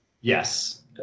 Yes